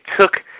took